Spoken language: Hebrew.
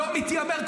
לא מתיימר,